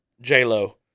J-Lo